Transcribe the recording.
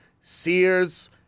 Sears